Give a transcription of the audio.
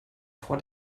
vor